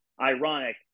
ironic